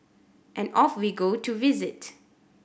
and off we go to visit